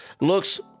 looks